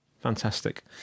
Fantastic